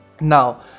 now